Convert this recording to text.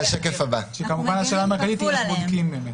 בודקים.